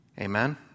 Amen